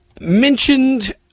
mentioned